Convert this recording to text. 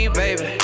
baby